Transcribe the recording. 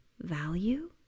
value